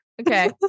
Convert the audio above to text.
okay